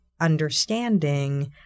understanding